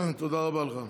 תודה רבה לך.